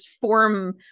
form